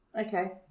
okay